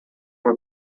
uma